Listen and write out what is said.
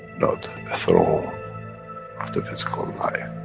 not a throne of the physical life.